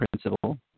Principle